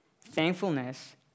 thankfulness